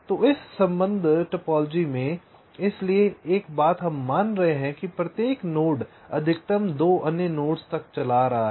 तो इस संबंध टोपोलॉजी में इसलिए एक बात हम मान रहे हैं कि प्रत्येक नोड अधिकतम 2 अन्य नोड्स तक चला रहा है